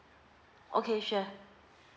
okay sure